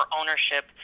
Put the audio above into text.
ownership